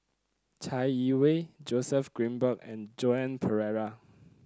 Chai Yee Wei Joseph Grimberg and Joan Pereira